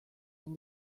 will